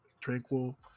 Tranquil